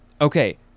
okay